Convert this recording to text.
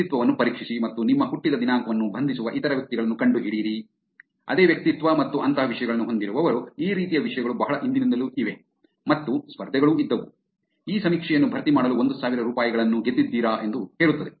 ವ್ಯಕ್ತಿತ್ವವನ್ನು ಪರೀಕ್ಷಿಸಿ ಮತ್ತು ನಿಮ್ಮ ಹುಟ್ಟಿದ ದಿನಾಂಕವನ್ನು ಬಂಧಿಸುವ ಇತರ ವ್ಯಕ್ತಿಗಳನ್ನು ಕಂಡುಹಿಡಿಯಿರಿ ಅದೇ ವ್ಯಕ್ತಿತ್ವ ಮತ್ತು ಅಂತಹ ವಿಷಯಗಳನ್ನು ಹೊಂದಿರುವವರು ಈ ರೀತಿಯ ವಿಷಯಗಳು ಬಹಳ ಹಿಂದಿನಿಂದಲೂ ಇವೆ ಮತ್ತು ಸ್ಪರ್ಧೆಗಳೂ ಇದ್ದವು ಈ ಸಮೀಕ್ಷೆಯನ್ನು ಭರ್ತಿ ಮಾಡಲು ಒಂದು ಸಾವಿರ ರೂಪಾಯಿಗಳನ್ನು ಗೆದ್ದಿದ್ದೀರ ಎಂದು ಹೇಳುತ್ತದೆ